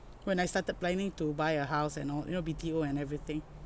when I started planning to buy a house and all you know B_T_O and everything